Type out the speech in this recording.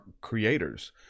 creators